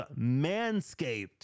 Manscaped